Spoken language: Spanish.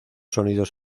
sonidos